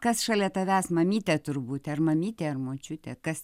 kas šalia tavęs mamytė turbūt ar mamytė ar močiutė kas